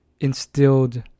instilled